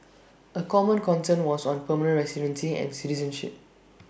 A common concern was on permanent residency and citizenship